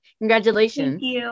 Congratulations